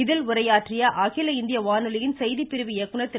இதில் உரையாற்றிய அகில இந்திய வானொலியின் செய்திப்பிரிவு இயக்குனர் திரு